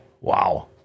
Wow